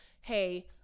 hey